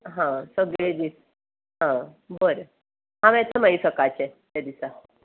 हां सगळे दीस हां बरें हांव येतां मागी सकाळचें तें दिसा